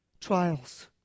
trials